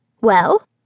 Well